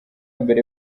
mbere